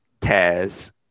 Taz